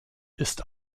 ist